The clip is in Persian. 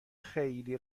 خیلی